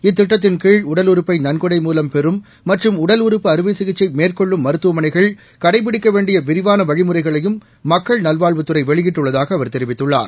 இத்திட்டத்தின்கீழ் உடல் உறுப்பை நன்கொடை மூலம் பெறும் மற்றும் உடல் உறுப்பு அறுவை சிகிச்சை மேற்கொள்ளும் மருத்துவமனைகள் கடைப்பிடிக்க வேண்டிய விரிவான வழிமுறைகளையும் மக்கள் நல்வாழ்வுத்துறை வெளியிட்டுள்ளதாக அவர் தெரிவித்துள்ளார்